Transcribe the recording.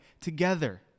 together